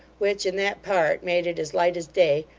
which in that part made it as light as day,